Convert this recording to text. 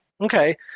Okay